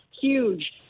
huge